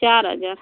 चार हज़ार